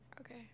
Okay